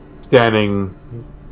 standing